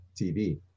TV